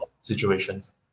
situations